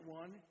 one